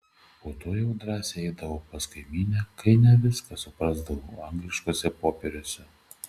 po to jau drąsiai eidavau pas kaimynę kai ne viską suprasdavau angliškuose popieriuose